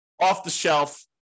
off-the-shelf